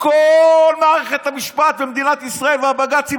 כל מערכת המשפט במדינת ישראל והבג"צים